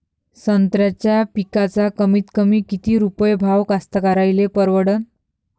संत्र्याचा पिकाचा कमीतकमी किती रुपये भाव कास्तकाराइले परवडन?